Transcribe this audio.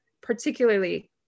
particularly